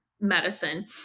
medicine